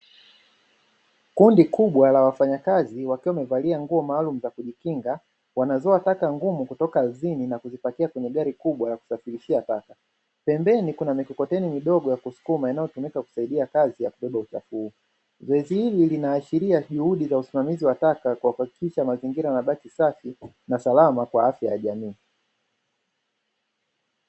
Kundi kubwa la wafanyakazi wakiwa wamevalia nguo maalumu za kujikinga, wanazoa taka ngumu kutoka ardhini na kuzipakia kwenye gari kubwa la kusafirishia taka. Pembeni kuna mikokoteni midogo ya kusukuma inayotumika kusaidia kazi ya kubeba uchafu huu. Zoezi hili linaashiria juhudi za usimamizi taka kwa kuhakikisha mazingira yanabaki safi na salama kwa afya ya jamii.